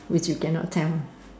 if you cannot tell